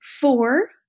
Four